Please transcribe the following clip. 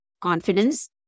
Confidence